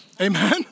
Amen